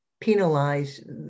penalize